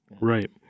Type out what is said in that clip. Right